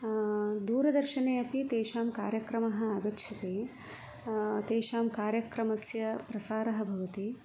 दूरदर्शने अपि तेषां कार्यक्रमः आगच्छति तेषां कार्यक्रमस्य प्रसारः भवति